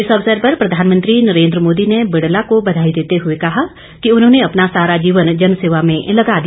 इस अवसर पर प्रधानमंत्री नरेन्द्र मोदी ने बिड़ला को बधाई देते हुए कहा कि उन्होंने अपना सारा जीवन जनसेवा में लगा दिया